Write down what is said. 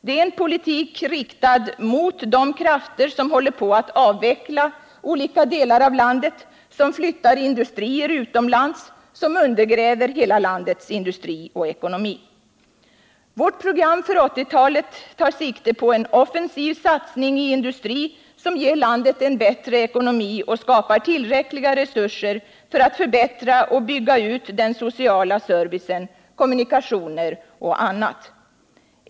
Det är en politik riktad mot de krafter som håller på att avveckla olika delar av landet, som flyttar industrier utomlands, som undergräver hela landets industri och ekonomi. Vårt program för 1980-talet tar sikte på en offensiv satsning på industri som ger landet en bättre ekonomi och skapar tillräckliga resurser för att förbättra och bygga ut den sociala servicen, kommunikationer och annat.